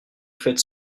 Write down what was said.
faites